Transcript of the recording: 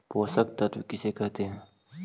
पोषक तत्त्व किसे कहते हैं?